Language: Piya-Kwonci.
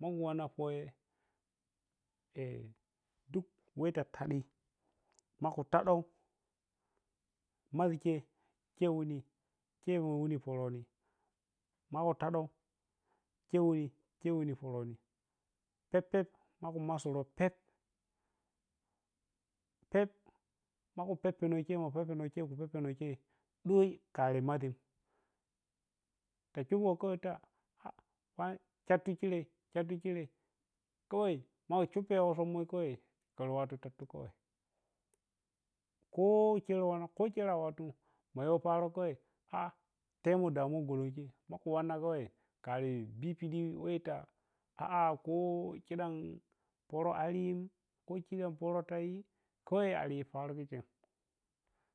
maku wanna foye, dure we ta tadani maku tadau mazhi chei chei wuni che wewuni poroni, maku tadau chewuni, chewuni poroni pep-pep, maku massuri oni pep maku peppi-no chei, ku peppinochei doi kari mazhim ta shupgo kawai tattu cheri tattu chirei kawai ma shuppego sommoi kurwattu tattu kawai ko chero wanna ko cheri a wattun ma yow paaro kawai temo damuwa golon chei maku wanna kawai karibi pidi weh ta a’a ko chidam poro aryin koporo tayi ko yagai aryi poron cherei.